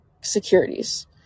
securities